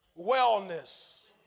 wellness